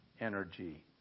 energy